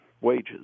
wages